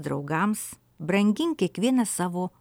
draugams brangink kiekvieną savo